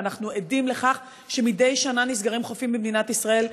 ואנחנו עדים לכך שמדי שנה נסגרים חופים במדינת ישראל.